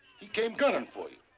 he came gunning for you.